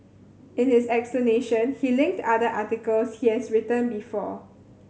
in his explanation he linked other articles he has written before